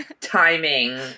timing